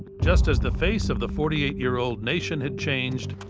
just as the face of the forty eight year old nation had changed,